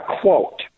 quote